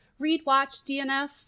ReadWatchDNF